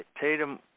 Tatum